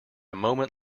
moment